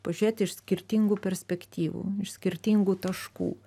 pažiūrėt iš skirtingų perspektyvų iš skirtingų taškų